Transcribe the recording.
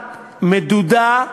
מדודה,